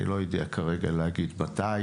אני לא יודע כרגע להגיד מתי